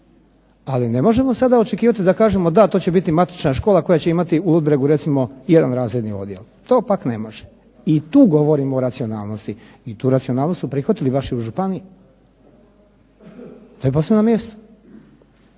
ali ne možemo sada očekivati da kažemo da to će biti matična škola koja će imati u Ludbregu recimo jedan razredni odjel. To pak ne može, i tu govorim o racionalnosti, i tu racionalnost su prihvatili vaši u županiji. To je posve na mjestu.